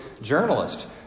journalist